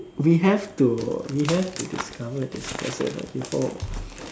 we have to we have to discover this person ah before